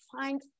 find